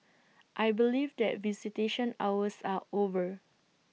I believe that visitation hours are over